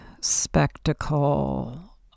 spectacle